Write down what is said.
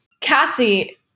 Kathy –